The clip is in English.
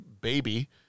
baby